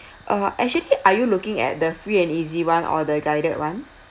uh actually are you looking at the free and easy one or the guided one